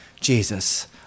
Jesus